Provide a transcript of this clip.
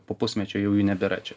po pusmečio jau jų nebėra čia